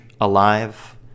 Alive